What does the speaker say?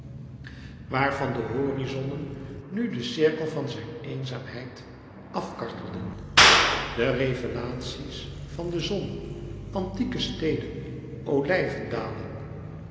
waarvan de horizonnen nu den cirkel van zijne eenzaamheid afkartelden de revelaties van de zon antieke steden olijvendalen